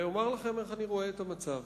ואומר לכם איך אני רואה את המצב.